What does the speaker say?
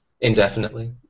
indefinitely